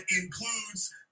includes